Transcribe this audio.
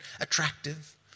attractive